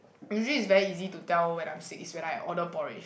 usually is very easy to tell when I'm sick it's when I order porridge